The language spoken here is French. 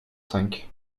cinq